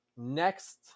next